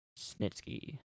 Snitsky